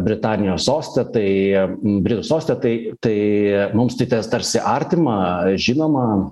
britanijos soste tai britų soste tai tai mums tai tas tarsi artima žinoma